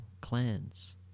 clans